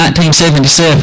1977